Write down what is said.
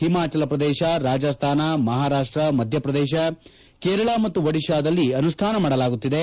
ಹಿಮಾಚಲ ಪ್ರದೇಶ ರಾಜಸ್ತಾನ ಮಹಾರಾಪ್ಸ ಮಧ್ಯಪ್ರದೇಶ ಕೇರಳ ಮತ್ತು ಒಡಿತಾದಲ್ಲಿ ಅನುಷ್ಠಾನ ಮಾಡಲಾಗುತ್ತಿದೆ